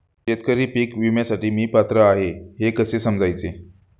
शेतकरी पीक विम्यासाठी मी पात्र आहे हे कसे समजायचे?